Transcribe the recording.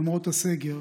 למרות הסגר,